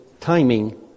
timing